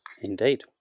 indeed